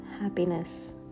happiness